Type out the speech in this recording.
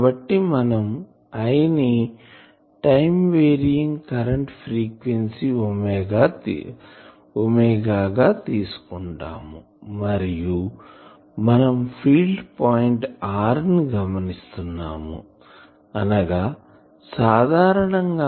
కాబట్టి మనం I ని time varying current frequency omega గాతీసుకుంటాము మరియు మనం ఫీల్డ్ పాయింట్ r ని గమనిస్తున్నాము అనగా సాధారణంగా